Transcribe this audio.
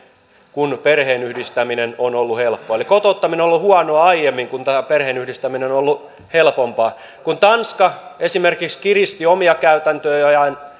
kun perheenyhdistäminen on ollut helppoa eli kotouttaminen on ollut huonoa aiemmin kun tämä perheenyhdistäminen on ollut helpompaa kun esimerkiksi tanska kiristi omia käytäntöjään